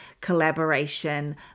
collaboration